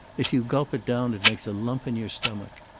if you gulp it down it makes a lump in your stomach.